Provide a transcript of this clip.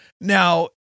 Now